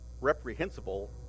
reprehensible